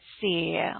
see